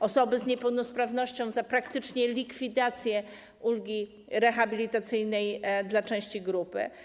Osoby z niepełnosprawnością - za praktycznie likwidację ulgi rehabilitacyjnej dla części grupy.